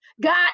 God